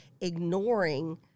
ignoring